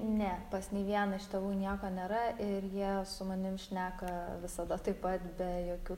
ne pas nei vieną iš tėvų nieko nėra ir jie su manim šneka visada taip pat be jokių